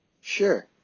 sure